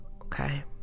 okay